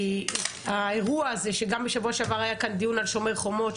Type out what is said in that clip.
כי האירוע הזה שגם בשבוע שעבר היה כאן דיון על שומר חומות,